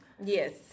Yes